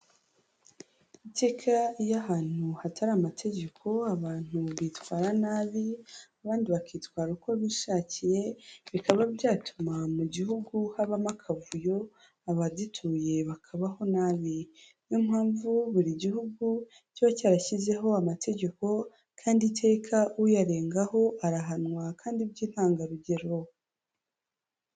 Iteka iyo ahantu hatari amategeko, abantu bitwara nabi, abandi bakitwara uko bishakiye, bikaba byatuma mu gihugu habamo akavuyo, abagituye bakabaho nabi, ni yo mpamvu, buri gihugu kiba cyarashyizeho amategeko, kandi iteka uyarengaho arahanwa, kandi by'intangarugero.